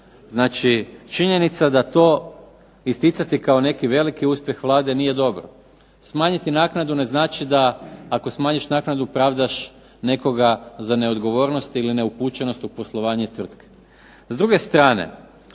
Znači, činjenica je da to isticati kao neki veliki uspjeh Vlade nije dobro. Smanjiti naknadu ne znači da ako smanjiš naknadu pravdaš nekoga za neodgovornost ili neupućenost u poslovanje tvrtke.